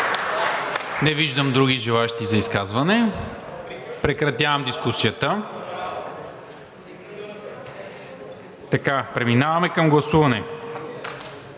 Не виждам други желаещи за изказване. Прекратявам дискусията. Преминаваме към гласуване.